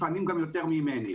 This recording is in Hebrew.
לפעמים גם יותר ממני,